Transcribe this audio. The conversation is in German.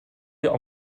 wir